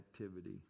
activity